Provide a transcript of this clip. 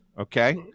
Okay